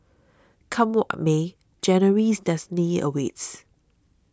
come what may January's destiny awaits